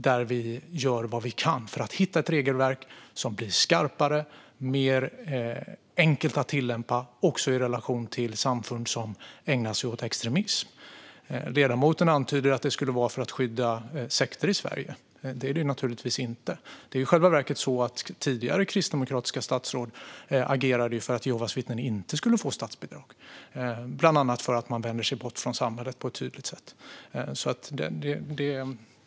Vi ska göra vad vi kan för att ta fram ett regelverk som är skarpare och enklare att tillämpa också i relation till samfund som ägnar sig åt extremism. Ledamoten antyder att regelverket skulle användas för att skydda sekter i Sverige. Det är naturligtvis inte så. I själva verket har tidigare kristdemokratiska statsråd agerat för att Jehovas vittnen inte skulle få statsbidrag, bland annat för att de på ett tydligt sätt vänder sig bort från samhället.